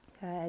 Good